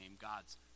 God's